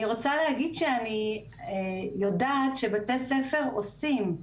אני רוצה להגיד שאני יודעת שבתי ספר עושים,